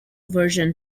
version